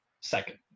Second